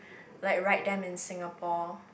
like ride them in Singapore